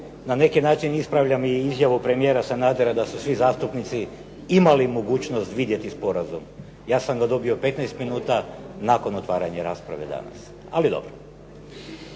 na neki način ispravljam i izjavu premijera Sanadera da su svi zastupnici imali mogućnost vidjeti sporazum. Ja sam ga dobio 15 minuta nakon otvaranja rasprave danas. Ali dobro.